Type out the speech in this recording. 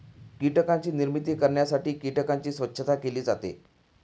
कीटकांची निर्मिती करण्यासाठी कीटकांची स्वच्छता केली जाते